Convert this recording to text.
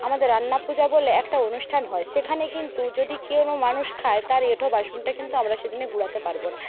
আমাদের রান্না পূজা বলে একটা অনুষ্ঠান হয় সেখানে কিন্তু যদি কেনো মানুষ খায় তার এঁঠো বাসনটা কিন্তু আমরা সেদিনে গুড়াতে পারবো না